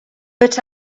but